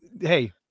Hey